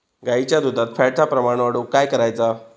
गाईच्या दुधात फॅटचा प्रमाण वाढवुक काय करायचा?